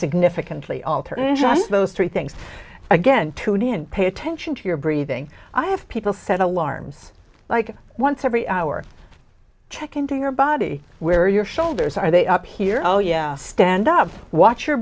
significantly alter just those three things again today and pay attention to your breathing i have people set alarms like once every hour check into your body where your shoulders are they up here oh yeah stand up watch your